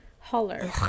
Holler